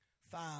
Five